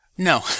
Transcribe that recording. No